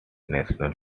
national